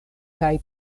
kaj